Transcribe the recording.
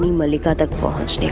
like ah the cockroach.